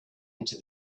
into